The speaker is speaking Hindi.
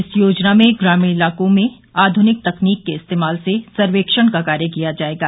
इस योजना में ग्रामीण इलाकों में आधुनिक तकनीक के इस्तेमाल से सर्वेक्षण का कार्य किया जाएगा